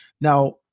now